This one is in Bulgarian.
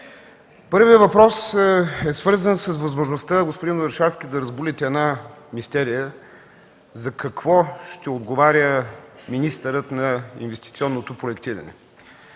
Първият въпрос е свързан с възможността, господин Орешарски, да разбулите една мистерия – за какво отговаря министърът на инвестиционното проектиране?